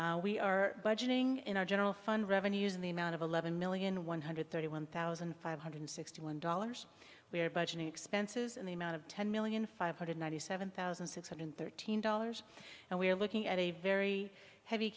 items we are budgeting in our general fund revenues in the amount of eleven million one hundred thirty one thousand five hundred sixty one dollars we are budgeting expenses and the amount of ten million five hundred ninety seven thousand six hundred thirteen dollars and we're looking at a very heavy